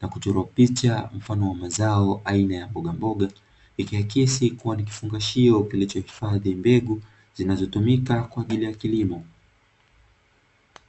na kuchorwa picha mfano wa mazao aina ya mbogamboga, ikiakisi ni kifungashio kilichohifadhi mbegu zinazotumika kwa ajili ya kilimo.